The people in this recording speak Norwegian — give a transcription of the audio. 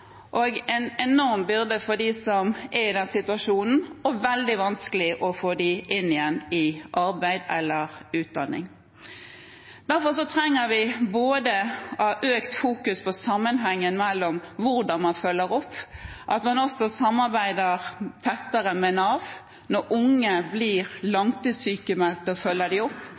og en enorm byrde for dem som er i den situasjonen, og det er veldig vanskelig å få dem inn igjen i arbeid eller utdanning. Derfor trenger vi økt fokus på sammenhengen mellom hvordan man følger dem opp, og at man også samarbeider tettere med Nav når unge blir langtidssykemeldt, og følger dem opp.